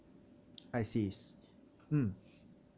I see mm